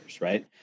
right